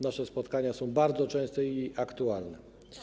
Nasze spotkania są bardzo częste i aktualne.